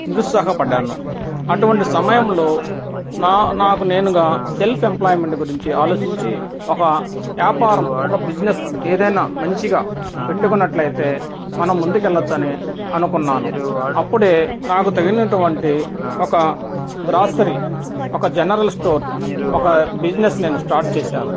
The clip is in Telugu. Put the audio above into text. నిరుత్సాహపడ్డాను అటువంటి సమయంలో నా నాకు నేనుగా సెల్ఫ్ ఎంప్లాయిమెంట్ గురించి ఆలోచించి ఒక వ్యాపారం ఒక బిజినెస్ ఏదైనా మంచిగా పెట్టుకున్నట్లయితే మనం ముందుకెళ్ళవచ్చని అనుకున్నాను అప్పుడే నాకు తగినటువంటి ఒక గ్రాసరి ఒక జనరల్ స్టోర్ ఒక బిజినెస్ నేను స్టార్ట్ చేసాను